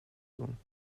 doen